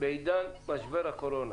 בעידן משבר הקורונה